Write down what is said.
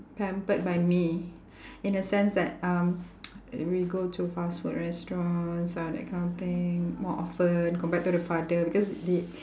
pampered by me in a sense that um we go to fast food restaurants ah that kind of thing more often compared to the father because they